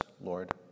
Lord